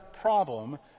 problem